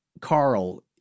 Carl